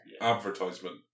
advertisement